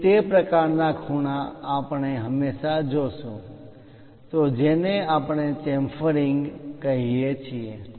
તેથી તે પ્રકારના ખૂણા આપણે હંમેશાં જોશું તે જ જેને આપણે ચેમ્ફરીંગ ઢાળવાળી કોર chamfering કહીએ છીએ